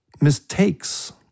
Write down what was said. mistakes